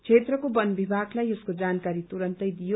क्षेत्रको बन विभागलाई यसको जानकारी तुरन्तै दियो